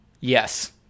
Yes